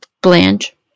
Blanche